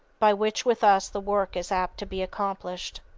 by which with us the work is apt to be accompanied.